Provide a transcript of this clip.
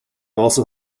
also